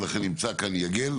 לכן, נמצא כאן גל.